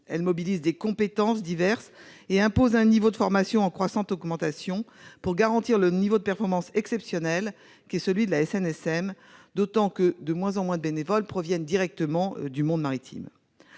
Elles mobilisent des compétences diverses et imposent un niveau de formation en constante augmentation pour garantir le niveau de performance exceptionnel qu'est celui de la SNSM, d'autant que de moins en moins de bénévoles sont directement issus du monde maritime.